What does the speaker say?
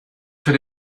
für